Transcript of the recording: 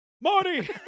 Marty